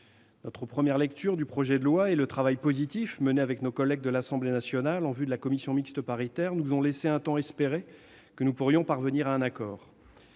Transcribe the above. en première lecture du projet de loi et le travail positif effectué avec nos collègues de l'Assemblée nationale en vue de la réunion de la commission mixte paritaire nous ont laissé un temps espérer que nous pourrions parvenir à un accord.